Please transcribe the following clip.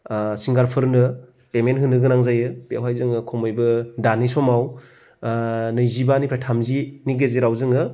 सिंगारफोरनो payment होनो गोनां जायो बेवहाय जोङो खमैबो दानि समाव नैजिबानिफ्राय थामजिनि गेजेराव जोङो